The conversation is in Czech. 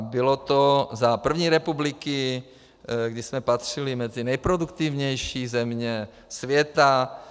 Bylo to za první republiky, kdy jsme patřili mezi nejproduktivnější země světa.